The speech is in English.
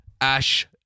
Ash